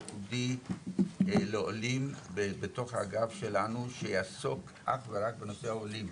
ייחודי לעולים בתוך האגף שלנו שיעסוק אך ורק בנושא העולים.